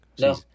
No